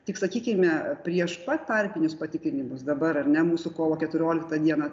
tik sakykime prieš pat tarpinius patikrinimus dabar ar ne mūsų kovo keturioliktą dieną